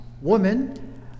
woman